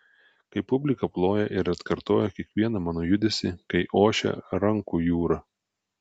kai publika ploja ir atkartoja kiekvieną mano judesį kai ošia rankų jūra